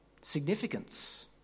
significance